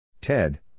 Ted